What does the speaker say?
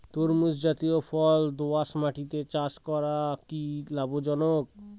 তরমুজ জাতিয় ফল দোঁয়াশ মাটিতে চাষ করা কি লাভজনক?